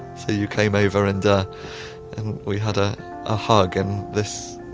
so you came over and we had a ah hug and this,